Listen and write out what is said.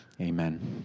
Amen